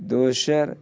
दोसर